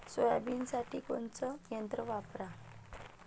सोयाबीनसाठी कोनचं यंत्र वापरा?